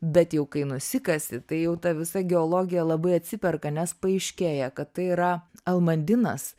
bet jau kai nusikasi tai jau ta visa geologija labai atsiperka nes paaiškėja kad tai yra almandinas